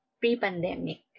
pre-pandemic